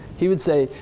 he would say,